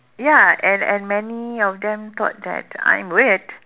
ya and and many of them thought that I'm weird